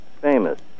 famous